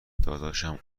دادشمم